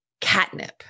catnip